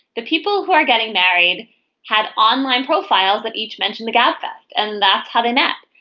the people who are getting married had online profiles and each mention the gabfest. and that's how they met.